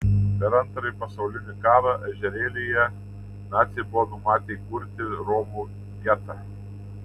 per antrąjį pasaulinį karą ežerėlyje naciai buvo numatę įkurti romų getą